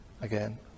again